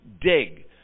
dig